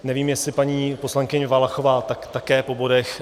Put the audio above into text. Nevím, jestli paní poslankyně Valachová... tak také po bodech.